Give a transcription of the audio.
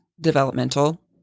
developmental